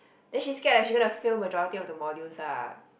then she scared that she's gonna fail majority of the modules lah